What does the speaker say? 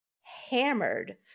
hammered